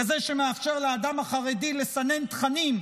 כזה שמאפשר לאדם החרדי לסנן תכנים,